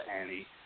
Annie